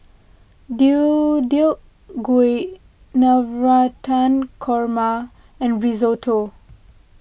Deodeok Gui Navratan Korma and Risotto